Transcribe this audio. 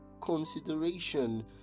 consideration